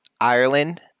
Ireland